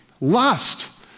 lust